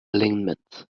alignment